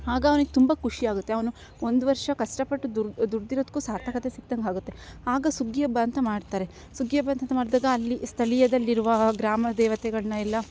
ಆಗ ಅವ್ನಿಗೆ ತುಂಬ ಖುಷಿಯಾಗುತ್ತೆ ಅವನು ಒಂದು ವರ್ಷ ಕಷ್ಟಪಟ್ಟು ದುಡ್ದಿರೋದಕ್ಕೂ ಸಾರ್ಥಕತೆ ಸಿಕ್ತಂಗೆ ಆಗುತ್ತೆ ಆಗ ಸುಗ್ಗಿ ಹಬ್ಬ ಅಂತ ಮಾಡ್ತಾರೆ ಸುಗ್ಗಿ ಹಬ್ಬ ಅಂತಂತ ಮಾಡಿದಾಗ ಅಲ್ಲಿ ಸ್ಥಳೀಯಯದಲ್ಲಿರುವ ಗ್ರಾಮದೇವತೆಗಳನ್ನ ಎಲ್ಲ